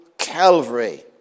Calvary